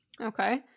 Okay